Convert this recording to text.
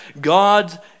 God